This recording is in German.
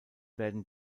werden